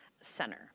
Center